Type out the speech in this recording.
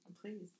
Please